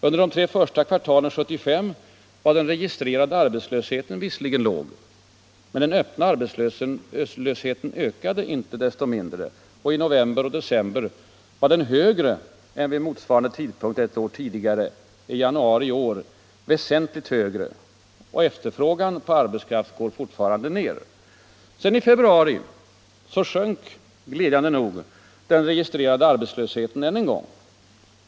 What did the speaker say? Under de tre första kvartalen 1975 var den registrerade arbetslösheten visserligen låg, men den öppna arbetslösheten ökade inte desto mindre, och i november och december var den högre än vid motsvarande tidpunkt ett år tidigare och i januari i år väsentligt högre. Och efterfrågan på arbetskraft går fortfarande ned. I februari sjönk sedan, glädjande nog, den registrerade arbetslösheten än en gång.